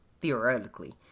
theoretically